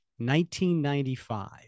1995